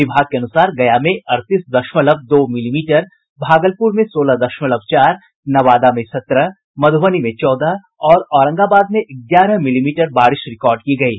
विभाग के अनुसार गया में अड़तीस दशमलव दो मिली मीटर भागलपुर में सोलह दशमलव चार नवादा में सत्रह मधुबनी में चौदह और औरंगाबाद में ग्यारह मिली मीटर बारिश रिकार्ड की गयी